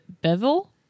Bevel